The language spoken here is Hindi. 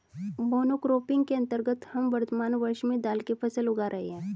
मोनोक्रॉपिंग के अंतर्गत हम वर्तमान वर्ष में दाल की फसल उगा रहे हैं